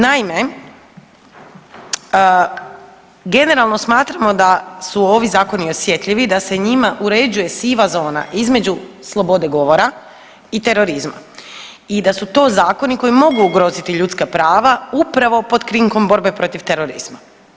Naime, generalno smatramo da su ovi zakoni osjetljivi, da se njima uređuje siva zona između slobode govora i terorizma i da su to zakoni koji mogu ugroziti ljudska prava upravo pod krinkom borbe protiv terorizma.